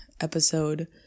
episode